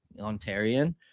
ontarian